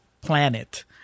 planet